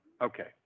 Okay